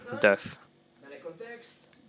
death